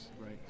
right